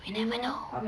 we never know